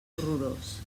horrorós